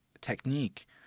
technique